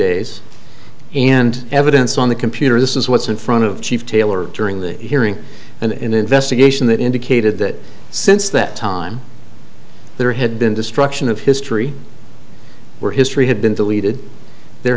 days and evidence on the computer this is what's in front of chief taylor during the hearing an investigation that indicated that since that time there had been destruction of history where history had been deleted there